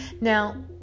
Now